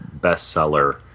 bestseller